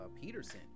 Peterson